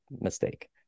mistake